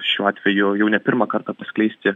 šiuo atveju jau jau ne pirmą kartą paskleisti